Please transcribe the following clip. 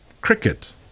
cricket